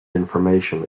information